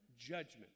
judgment